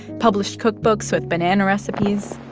published cookbooks with banana recipes.